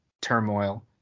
turmoil